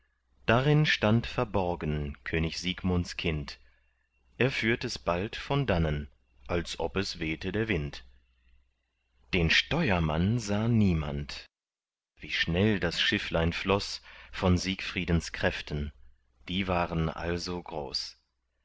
darin stand verborgen könig siegmunds kind er führt es bald von dannen als ob es wehte der wind den steuermann sah niemand wie schnell das schifflein floß von siegfriedens kräften die waren also groß